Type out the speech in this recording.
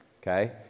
Okay